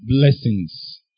blessings